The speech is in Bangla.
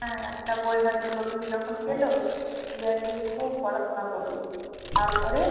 হ্যাঁ একটা বই হয়তো নতুন যখন পেল দু এক দিন খুব পড়াশোনা করল তারপরে